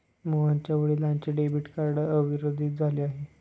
मोहनच्या वडिलांचे debit card अवरोधित झाले आहे